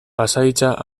pasahitza